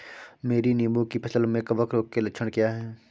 मेरी नींबू की फसल में कवक रोग के लक्षण क्या है?